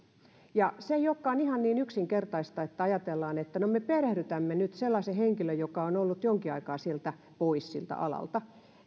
ja se ei olekaan ihan niin yksinkertaista että ajatellaan että no me perehdytämme nyt sellaisen henkilön joka on ollut jonkin aikaa pois siltä alalta